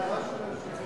ההערה של היושב-ראש נכונה.